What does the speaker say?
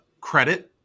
credit